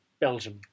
Belgium